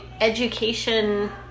education